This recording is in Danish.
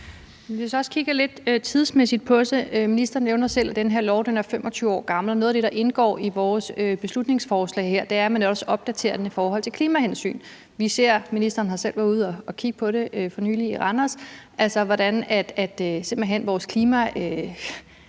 kigge lidt tidsmæssigt på det, og ministeren nævner selv, at den her lov er 25 år gammel. Noget af det, der indgår i vores beslutningsforslag her, er, at man også opdaterer den i forhold til klimahensyn. Vi ser, hvordan vores klima simpelt hen er markant anderledes, i